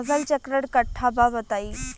फसल चक्रण कट्ठा बा बताई?